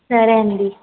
సరే అండి